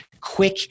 quick